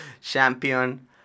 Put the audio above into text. champion